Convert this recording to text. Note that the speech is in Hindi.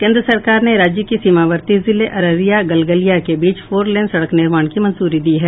केंद्र सरकार ने राज्य की सीमावर्ती जिले अररिया गलगलिया के बीच फोरलेन सड़क निर्माण की मंजूरी दी है